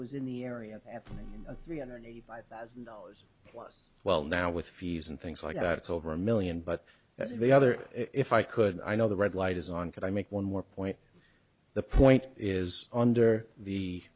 was in the area happening three hundred eighty five thousand dollars plus well now with fees and things like that it's over a million but at the other if i could i know the red light is on can i make one more point the point is under the